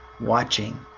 watching